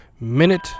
minute